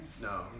No